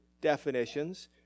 definitions